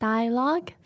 Dialogue